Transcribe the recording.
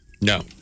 No